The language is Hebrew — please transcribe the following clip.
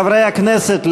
חברי הכנסת,